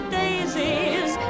daisies